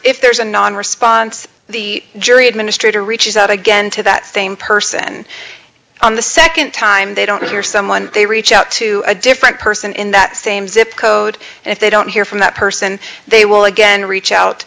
if there's a non response the jury administrator reaches out again to that same person on the second time they don't hear someone they reach out to a different person in that same zip code and if they don't hear from that person they will again reach out